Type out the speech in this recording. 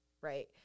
right